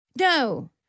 No